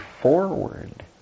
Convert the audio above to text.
forward